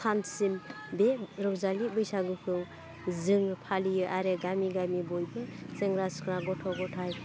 सानसिम बे रंजालि बैसोगोखौ जोङो फालियो आरो गामि गामि बयबो सेंग्रा सिख्ला गथ' गथाय